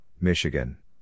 Michigan